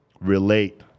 relate